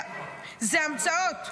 אלה המצאות ------ בכנסת,